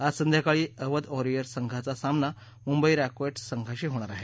आज संध्याकाळी अवध वॉरियर्स संघाचा सामना मुंबई रॉकेट्स संघाशी होणार आहे